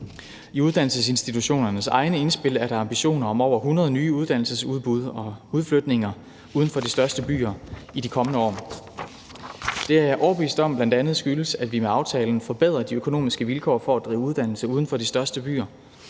I uddannelsesinstitutionernes egne indspil er der ambitioner om over 100 nye uddannelsesudbud og -udflytninger uden for de største byer i de kommende år. Det er jeg overbevist om bl.a. skyldes, at vi med aftalen forbedrer de økonomiske vilkår for at drive uddannelse uden for de største byer